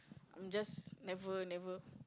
I'm just never never